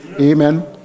Amen